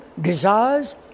desires